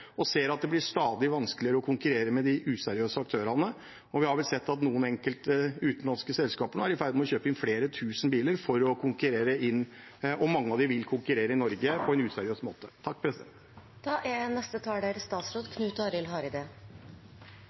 og ser at det blir stadig vanskeligere å konkurrere med de useriøse aktørene. Vi har vel sett at enkelte utenlandske selskaper nå er i ferd med å kjøpe inn flere tusen biler for å konkurrere, og mange av dem vil konkurrere i Norge, på en useriøs måte.